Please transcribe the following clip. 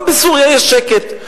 גם בסוריה יש שקט.